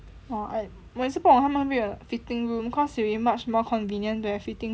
orh 我也是不懂他们有没有 fitting room cause it will be much more convenient to have fitting room